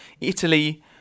Italy